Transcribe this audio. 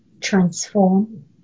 Transform